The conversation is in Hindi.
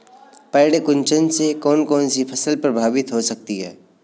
पर्ण कुंचन से कौन कौन सी फसल प्रभावित हो सकती है?